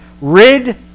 Rid